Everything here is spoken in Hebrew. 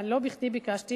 לא בכדי ביקשתי